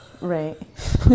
Right